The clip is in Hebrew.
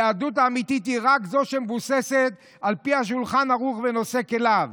היהדות האמיתית היא רק זו שמבוססת על פי השולחן ערוך ונושא כליו.